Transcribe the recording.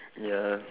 ya